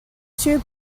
two